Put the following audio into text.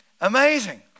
Amazing